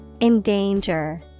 Endanger